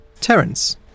Terence